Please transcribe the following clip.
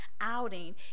outing